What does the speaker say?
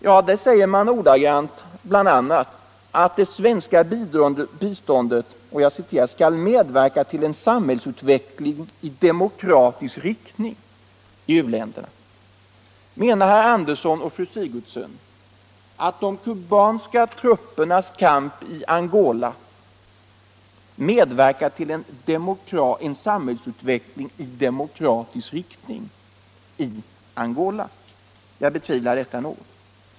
Jo, där säger man bl.a. att det svenska biståndet ”skall medverka till en samhällsutveckling i demokratisk riktning i u-länderna”. Menar herr Andersson och fru Sigurdsen att de kubanska truppernas kamp i Angola medverkar till en samhällsutveckling i demokratisk riktning i Angola? Jag betvivlar det!